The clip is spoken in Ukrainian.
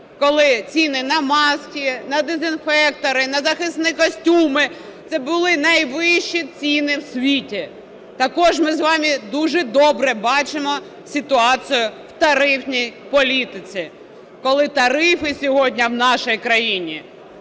коли ціни на маски, на дезінфектори, на захисні костюми це були найвищі ціни в світі. Також ми з вами дуже добре бачимо ситуацію в тарифній політиці, коли тарифи сьогодні в нашій країні